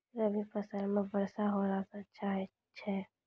रवी फसल म वर्षा होला से अच्छा छै?